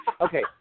okay